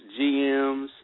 GMs